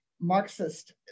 Marxist